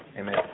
Amen